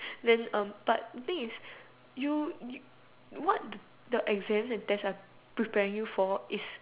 then um but I think it you what the exams and tests are preparing you for is